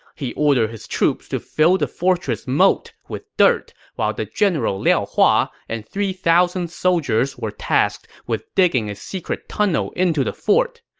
he ordered his troops to fill the fortress moat with dirt while the general liao hua and three thousand so men were tasked with digging a secret tunnel into the fort.